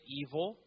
evil